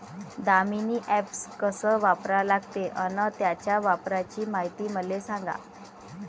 Damini app कस वापरा लागते? अन त्याच्या वापराची मायती मले सांगा